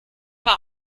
war